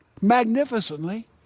magnificently